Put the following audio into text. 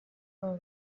abo